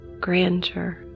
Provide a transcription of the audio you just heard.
grandeur